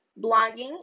blogging